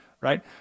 right